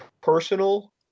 Personal